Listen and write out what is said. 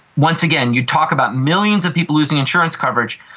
once again, you talk about millions of people losing insurance coverage,